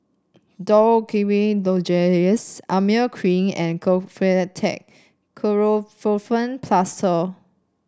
Dorithricin Lozenges Emla Cream and Kefentech Ketoprofen Plaster